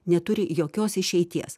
neturi jokios išeities